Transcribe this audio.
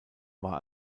war